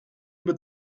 über